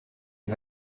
est